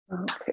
Okay